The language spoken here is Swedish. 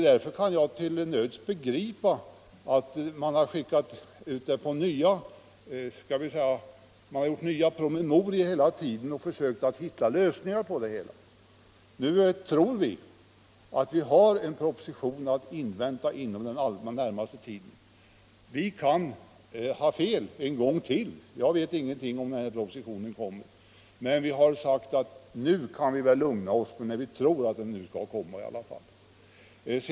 Därför kan jag till nöds begripa att man hela tiden upprättat nya promemorior och försökt finna en lösning på det hela. Nu tror vi att en proposition är att vänta inom den allra närmaste tiden. Vi kan ta fel en gång till — jag vet ingenting om när propositionen kommer: Vi har ändå sagt att vi nu bör kunna lugna oss när vi ändå tror att det skall komma en proposition.